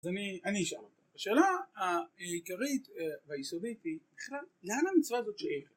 אז אני אשאל אותך, השאלה העיקרית והיסודית היא בכלל לאן המצווה הזאת שאירת